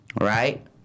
right